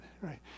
right